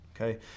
okay